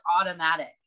automatic